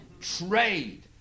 trade